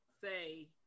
say